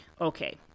Okay